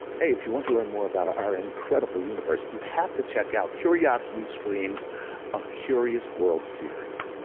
hey, if you want to learn more about our incredible universe, you have to check out curiositystream's a curious world series.